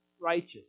righteous